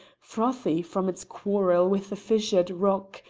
frothy from its quarrel with the fissured rock,